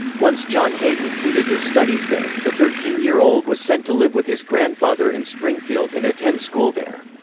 once john hay completed his studies there, the thirteen year old was sent to live with his grandfather in springfield and attend school there.